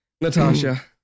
Natasha